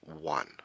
one